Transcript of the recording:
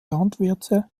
landwirte